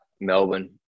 Melbourne